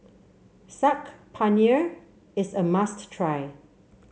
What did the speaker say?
Saag Paneer is a must try